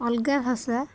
ଅଲଗା ଭାଷା